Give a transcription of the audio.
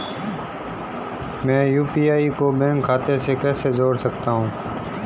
मैं यू.पी.आई को बैंक खाते से कैसे जोड़ सकता हूँ?